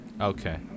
Okay